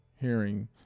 hearing